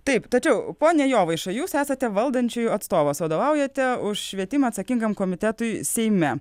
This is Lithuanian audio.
taip tačiau pone jovaiša jūs esate valdančiųjų atstovas vadovaujate už švietimą atsakingam komitetui seime